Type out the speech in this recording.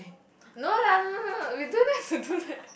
no lah no no no we don't have to do like